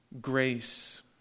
grace